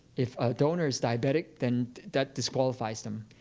if a donor is diabetic, then that disqualifies them.